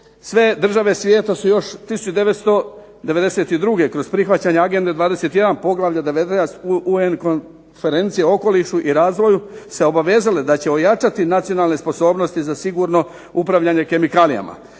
sve države svijeta su još 1992. kroz prihvaćanje AGENDA-e 21. poglavlje 19. UN konferencije o okolišu i razvoju se obavezala da će ojačati nacionalne sposobnosti za sigurno upravljanje kemikalijama